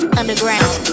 underground